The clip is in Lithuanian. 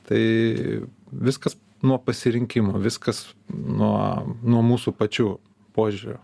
tai viskas nuo pasirinkimo viskas nuo nuo mūsų pačių požiūrio